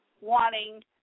wanting